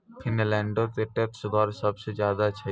फिनलैंडो के टैक्स दर सभ से ज्यादे छै